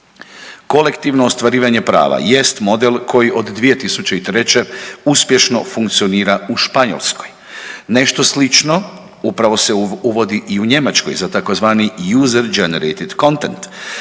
Kolektivno ostvarivanje prava jest model koji od 2003. Uspješno funkcionira u Španjolskoj. Nešto slično upravo se uvodi i u Njemačkoj za tzv. user generetid contend.